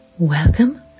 Welcome